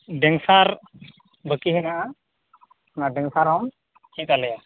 dancer ᱵᱟᱠᱤ ᱦᱮᱱᱟᱜᱼᱟ ᱚᱱᱟ ᱰᱮᱱᱥᱟᱨ ᱦᱚᱸᱢ ᱪᱮᱫ ᱟᱞᱮᱟ